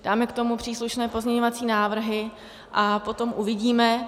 Dáme k tomu příslušné pozměňovací návrhy a potom uvidíme.